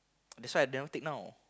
that's why I never take now